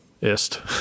Ist